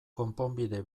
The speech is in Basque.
konponbide